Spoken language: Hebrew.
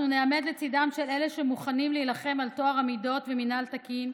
אנחנו ניעמד לצידם של אלה שמוכנים להילחם על טוהר המידות ומינהל תקין,